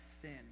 sin